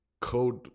code